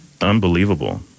Unbelievable